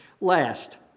Last